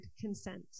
consent